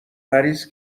مریض